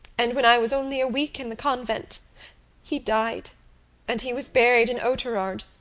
and when i was only a week in the convent he died and he was buried in oughterard,